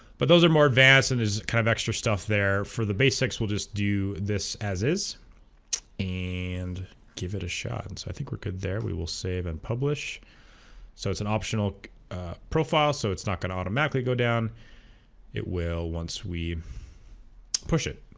but those are more advanced and there's kind of extra stuff there for the basics we'll just do this as is and give it a ah and so i think we're good there we will save and publish so it's an optional ah profile so it's not going to automatically go down it will once we push it